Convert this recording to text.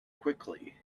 quickly